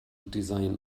design